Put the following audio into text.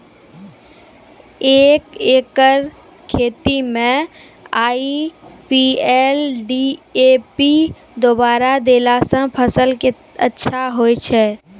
एक एकरऽ खेती मे आई.पी.एल डी.ए.पी दु बोरा देला से फ़सल अच्छा होय छै?